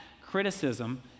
criticism